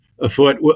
afoot